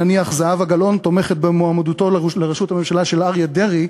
נניח זהבה גלאון תומכת במועמדותו לראשות הממשלה של אריה דרעי,